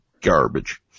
garbage